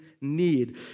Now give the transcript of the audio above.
need